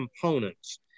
components